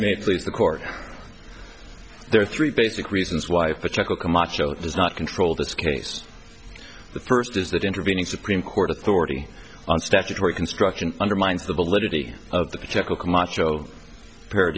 may please the court there are three basic reasons why the chuckle camacho does not control this case the first is that intervening supreme court authority on statutory construction undermines the validity of the potential camacho p